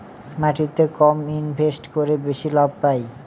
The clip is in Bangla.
মাটিতে কম ইনভেস্ট করে বেশি লাভ পাই